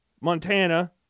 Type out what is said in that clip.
Montana